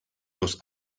los